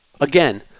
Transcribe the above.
Again